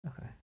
Okay